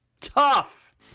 Tough